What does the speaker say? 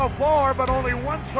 ah four but only one